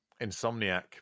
insomniac